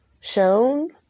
shown